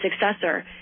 successor –